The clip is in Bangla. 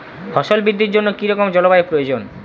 ফসল বৃদ্ধির জন্য কী রকম জলবায়ু প্রয়োজন?